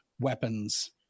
weapons